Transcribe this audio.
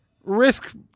risk